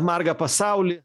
margą pasaulį